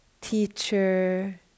teacher